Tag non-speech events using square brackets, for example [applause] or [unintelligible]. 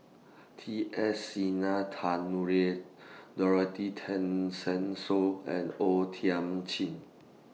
T S [unintelligible] Dorothy Tessensohn and O Thiam Chin